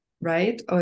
right